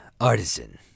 artisan